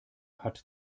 hat